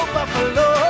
Buffalo